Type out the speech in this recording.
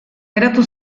geratu